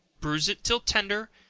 bruise it till tender,